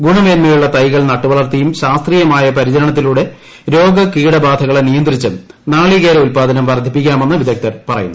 ഗുണമേന്മയുള്ള തൈകൾ നട്ടുവളർത്തിയും ശാസ്ത്രീയമായ പരിചരണത്തിലൂടെ രോഗ കീടബാധകളെ നിയന്ത്രിച്ചും നാളികേര ഉല്പാദനം വർദ്ധിപ്പിക്കാമെന്ന് വിദഗ്ധർ പറയുന്നു